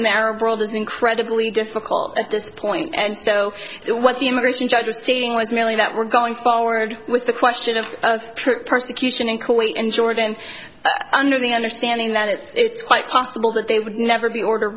in the arab world is incredibly difficult at this point and so it was the immigration judge stating was merely that we're going forward with the question of persecution in kuwait and jordan under the understanding that it's quite possible that they would never be order